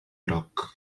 groc